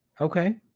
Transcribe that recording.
Okay